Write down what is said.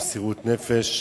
במסירות נפש,